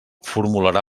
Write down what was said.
formularà